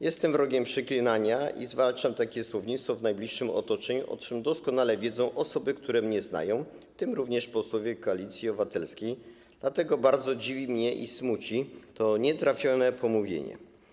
Jestem wrogiem przeklinania i zwalczam takie słownictwo w najbliższym otoczeniu, o czym doskonale wiedzą osoby, które mnie znają, w tym również posłowie Koalicji Obywatelskiej, dlatego bardzo dziwi mnie i smuci to nietrafione pomówienie.